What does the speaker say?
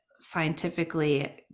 scientifically